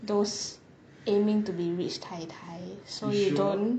those aiming to be rich tai tai so don't you sure